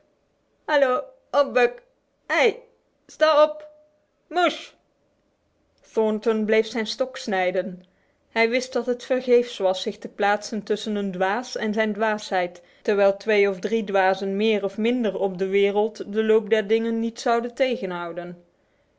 op buck hé sta op mush thornton bleef zijn stok snijden hij wist dat het vergeefs was zich te plaatsen tussen een dwaas en zijn dwaasheid terwijl twee of drie dwazen meer of minder op de wereld de loop der dingen niet zouden tegenhouden